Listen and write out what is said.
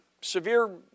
severe